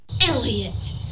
Elliot